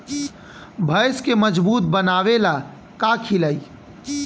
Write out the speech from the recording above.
भैंस के मजबूत बनावे ला का खिलाई?